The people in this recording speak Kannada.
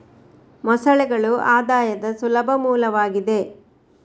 ಮೊಸಳೆಗಳು ಆದಾಯದ ಸುಲಭ ಮೂಲವಾಗಿದೆ